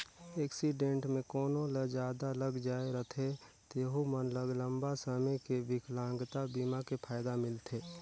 accident मे कोनो ल जादा लग जाए रथे तेहू मन ल लंबा समे के बिकलांगता बीमा के फायदा मिलथे